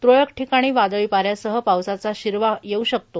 त्रळक ठिकाणी वादळी वाऱ्यासह पावसाचा शिरवा येऊ शकतो